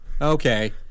okay